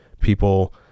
people